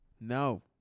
No